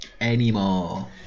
anymore